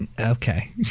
Okay